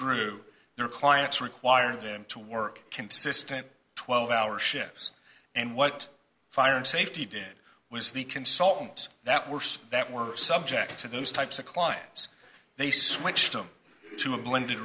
grew their clients required them to work consistent twelve hour shifts and what fire and safety did was the consultant that worse that were subject to those types of clients they switched them to a blended